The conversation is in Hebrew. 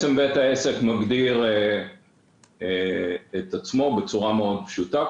בית העסק מגדיר את עצמו בצורה מאוד פשוטה,